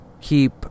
keep